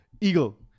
Eagle